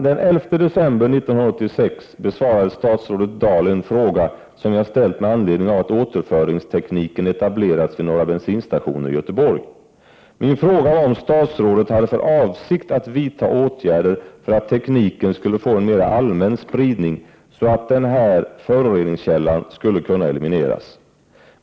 Den 11 december 1986 besvarade statsrådet Dahl en fråga som jag hade ställt med anledning av att återföringstekniken etablerats vid några bensinstationer i Göteborg. Min fråga var om statsrådet hade för avsikt att vidta åtgärder för att tekniken skulle få en mer allmän spridning, så att den här föroreningskällan skulle kunna elimineras.